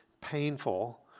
painful